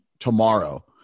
tomorrow